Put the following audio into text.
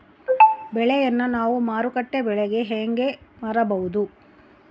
ಬೆಳೆಯನ್ನ ನಾವು ಮಾರುಕಟ್ಟೆ ಬೆಲೆಗೆ ಹೆಂಗೆ ಮಾರಬಹುದು?